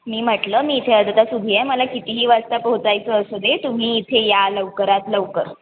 मी म्हटलं मी इथे अर्धा तास उभी आहे मला कितीही वाजता पोहोचायचं असू दे तुम्ही इथे या लवकरात लवकर